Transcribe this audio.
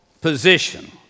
position